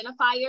identifier